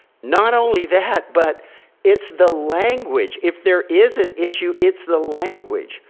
not only that but it's the language, if there is an issue, it's the language.